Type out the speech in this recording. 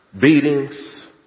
beatings